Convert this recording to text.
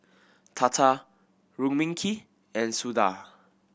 Tata Rukmini and Suda